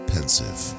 Pensive